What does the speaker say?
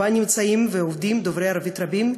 ונמצאים ועובדים בה דוברי ערבית רבים,